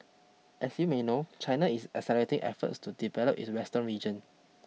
as you may know China is accelerating efforts to develop its western region